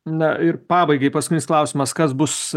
na ir pabaigai paskutinis klausimas kas bus